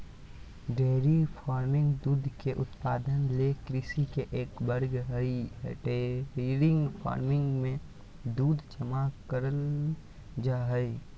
dairy farming दूध के उत्पादन ले कृषि के एक वर्ग हई डेयरी फार्मिंग मे दूध जमा करल जा हई